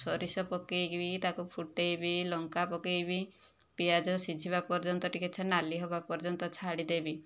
ସୋରିଷ ପକାଇକି ବି ତାକୁ ଫୁଟାଇବି ଲଙ୍କା ପକାଇବି ପିଆଜ ସିଝିବା ପର୍ଯ୍ୟନ୍ତ ଟିକେ ଛେ ନାଲି ହେବା ପର୍ଯ୍ୟନ୍ତ ଛାଡ଼ିଦେବି